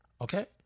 Okay